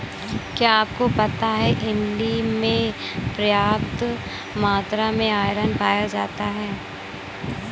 क्या आपको पता है इमली में पर्याप्त मात्रा में आयरन पाया जाता है?